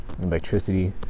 electricity